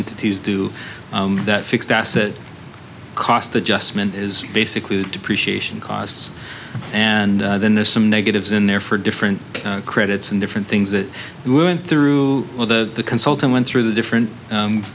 entities do that fixed asset cost adjustment is basically depreciation costs and then there's some negatives in there for different credits and different things that we went through all the consulting went through the different